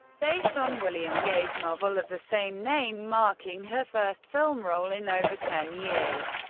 based on william gay's novel of the same name, marking her first film role in over ten years.